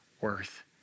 worth